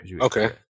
Okay